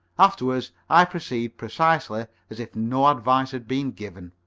afterwards, i proceed precisely as if no advice had been given.